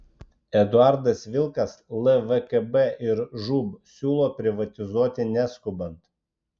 eduardas vilkas lvkb ir žūb siūlo privatizuoti neskubant